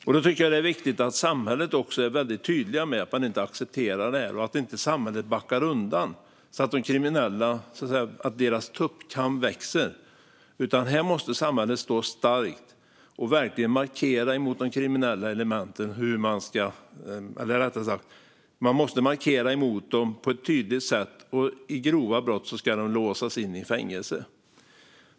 Jag tycker att det är viktigt att samhället är tydligt med att man inte accepterar det här och att samhället inte backar undan så att de kriminellas tuppkam växer. Här måste samhället stå starkt och verkligen markera mot de kriminella elementen. Man måste markera mot dem på ett tydligt sätt, och när det gäller grova brott ska de låsas in i fängelse.